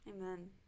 Amen